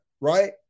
right